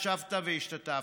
ישבת והשתתפת.